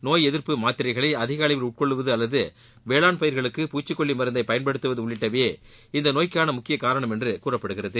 நோய் எதிர்ப்பு மாத்திரைகளை அதிக அளவில் உட்கொள்வது அல்லது வேளாண் பயிர்களுக்கு பூச்சிகொல்லி மருந்தை பயன்படுத்துவது உள்ளிட்டவையே இந்த நோய்க்கான முக்கிய காரணம் என்று கூறப்படுகிறது